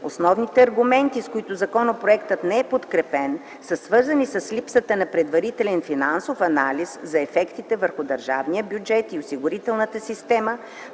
Основните аргументи, с които законопроектът не е подкрепен са свързани с липсата на предварителен финансов анализ за ефектите върху държавния бюджет и осигурителната система,